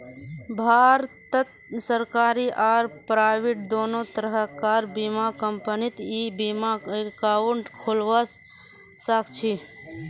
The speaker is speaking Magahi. भारतत सरकारी आर प्राइवेट दोनों तरह कार बीमा कंपनीत ई बीमा एकाउंट खोलवा सखछी